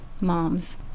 moms